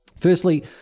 Firstly